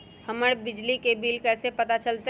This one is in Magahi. हमर बिजली के बिल कैसे पता चलतै?